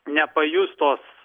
nepajus tos